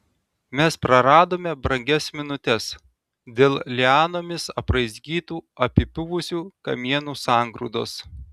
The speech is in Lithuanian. mes praradome brangias minutes dėl lianomis apraizgytų apipuvusių kamienų sangrūdos